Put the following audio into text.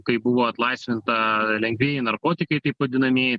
kai buvo atlaisvinta lengvieji narkotikai taip vadinamieji